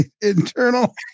Internal